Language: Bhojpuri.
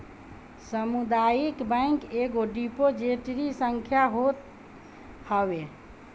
सामुदायिक बैंक एगो डिपोजिटरी संस्था होत हवे